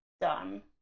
done